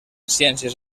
ciències